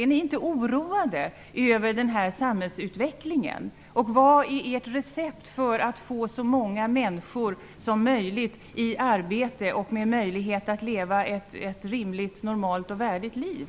Är ni inte oroade över denna samhällsutveckling? Vad är ert recept för att få så många människor som möjligt i arbete med möjlighet att leva ett rimligt, normalt och värdigt liv?